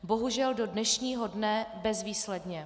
Bohužel do dnešního dne bezvýsledně.